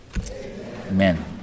Amen